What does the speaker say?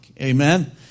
Amen